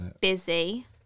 busy